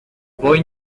boy